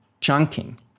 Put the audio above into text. chunking